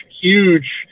huge